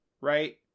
right